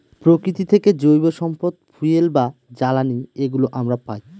প্রকৃতি থেকে জৈব সম্পদ ফুয়েল বা জ্বালানি এগুলো আমরা পায়